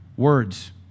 words